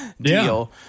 deal